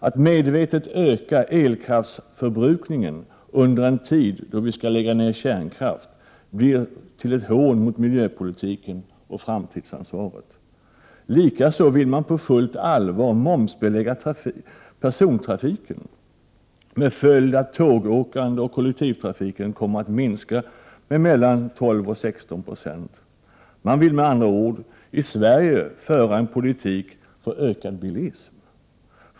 Att medvetet öka elkraftsförbrukningen i en tid då kärnkraften skall avvecklas framstår som ett hån mot miljöpolitiken och framtidsansvaret. Likaså vill man på fullt allvar momsbelägga persontrafiken, vilket skulle få till följd att tågåkandet och kollektivtrafiken minskade med 12—16 90. Med andra ord vill man i Sverige föra en politik som innebär en ökad bilism.